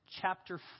chapter